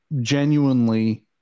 genuinely